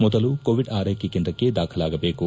ಮೊದಲು ಕೋವಿಡ್ ಆರೈಕೆ ಕೇಂದ್ರಕ್ಕೆ ದಾಖಲಾಗಬೇಕು